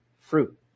Fruit